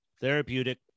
Therapeutic